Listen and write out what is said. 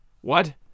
What